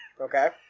Okay